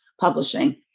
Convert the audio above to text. publishing